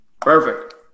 Perfect